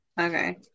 Okay